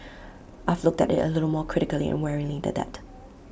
I've looked at IT A little more critically and warily than that